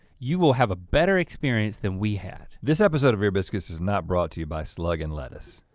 you will have a better experience than we had. this episode of ear biscuits is not brought to you by slug and lettuce.